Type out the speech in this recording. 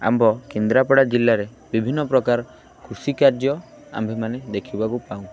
ଆମ୍ବ କେନ୍ଦ୍ରାପଡ଼ା ଜିଲ୍ଲାରେ ବିଭିନ୍ନ ପ୍ରକାର କୃଷିକାର୍ଯ୍ୟ ଆମ୍ଭେମାନେ ଦେଖିବାକୁ ପାଉ